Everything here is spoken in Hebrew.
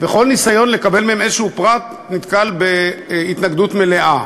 וכל ניסיון לקבל מהם פרט כלשהו נתקל בהתנגדות מלאה.